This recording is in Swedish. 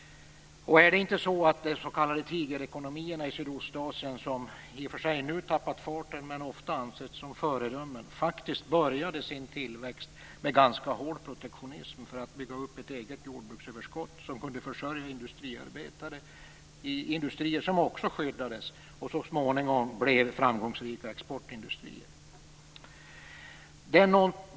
Och är det inte så att de s.k. tigerekonomierna i Sydostasien, som i och för sig nu tappat farten men som ofta ansetts som föredömen, faktiskt började sin tillväxt med ganska hård protektionism för att bygga upp ett eget jordbruksöverskott, som kunde försörja industriarbetare i industrier som också skyddades och så småningom blev framgångsrika exportindustrier?